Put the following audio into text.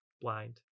blind